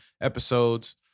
episodes